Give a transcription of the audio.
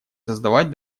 создавать